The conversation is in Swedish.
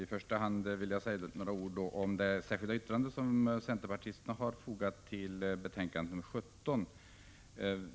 Herr talman! Jag vill säga några ord om det särskilda yttrande som centerpartisterna i utskottet har fogat till betänkande nr 17.